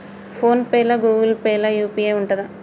Phone pay లా Google Pay లా UPI ఉంటదా?